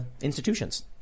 institutions